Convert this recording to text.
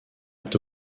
est